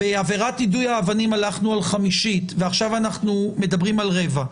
בואו תנסו אתם לגזור את ההבנה האם המהלך הזה של חמישית או של רבע,